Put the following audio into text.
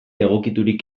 egokiturik